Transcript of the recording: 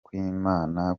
kw’imana